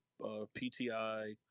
PTI